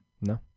No